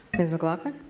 ms. mclaughlin.